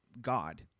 god